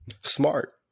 Smart